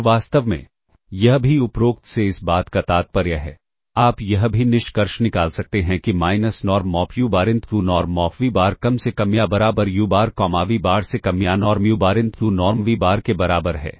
और वास्तव में यह भी उपरोक्त से इस बात का तात्पर्य है आप यह भी निष्कर्ष निकाल सकते हैं कि minus norm of U bar into norm of V bar कम से कम या बराबर U bar comma V bar से कम या norm U bar into norm V bar के बराबर है